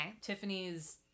tiffany's